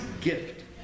gift